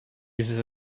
uses